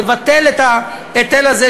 לבטל את ההיטל הזה,